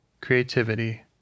creativity